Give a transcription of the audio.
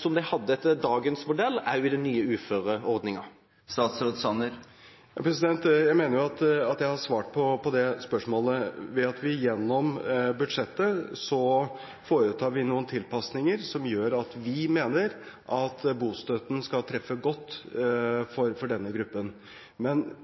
som de hadde etter dagens modell, også i den nye uføreordninga? Jeg mener at jeg har svart på det spørsmålet ved at vi gjennom budsjettet foretar noen tilpasninger som gjør at vi mener at bostøtten skal treffe godt for denne gruppen. Men